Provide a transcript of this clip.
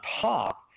top